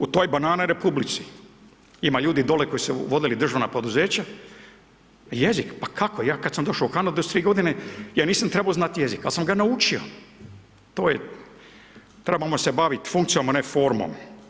U toj banana republici ima ljudi dole koji su vodili državna poduzeća, jezik pa kako ja kad sam došao u Kanadu s 3 godine, ja nisam trebo znat jezik, al sam ga naučio, to je trebamo se bavit funkcijom a ne formom.